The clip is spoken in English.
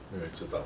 没有人知道 ah